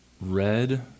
red